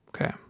Okay